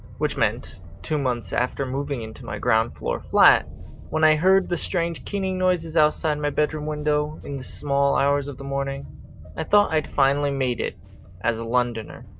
which meant that two months after moving into my ground floor flat when i heard the strange keening noises outside my bedroom window, in the small hours of the morning i thought i'd finally made it as a londoner.